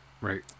right